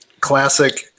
classic